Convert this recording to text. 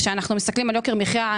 כשאנחנו מסתכלים על יוקר המחיה,